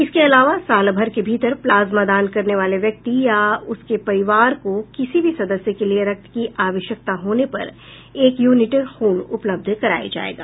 इसके अलावा साल भर के भीतर प्लाज्मा दान करने वाले व्यक्ति या उसके परिवार को किसी भी सदस्य के लिये रक्त की आवश्यकता होने पर एक यूनिट खून उपलब्ध कराया जायेगा